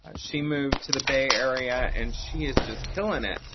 ah she moved to the bay area and she is just killing it.